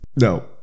No